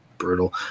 Brutal